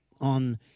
on